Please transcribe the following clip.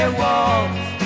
walls